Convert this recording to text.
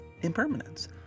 impermanence